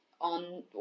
on